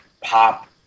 pop